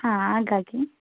ಹಾಂ ಹಾಗಾಗಿ